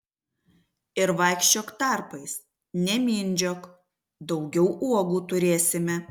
ir vaikščiok tarpais nemindžiok daugiau uogų turėsime